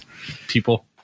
people